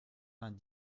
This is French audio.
vingt